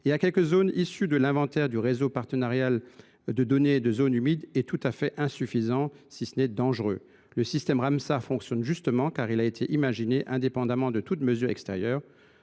et à quelques unes issues de l’inventaire du réseau partenarial des données sur les zones humides est tout à fait insuffisant, si ce n’est dangereux. Le système Ramsar fonctionne justement, car il a été imaginé indépendamment de toute mesure extérieure.